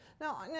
Now